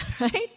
Right